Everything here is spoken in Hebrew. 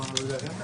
הישיבה נעולה.